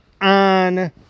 on